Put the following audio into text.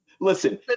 Listen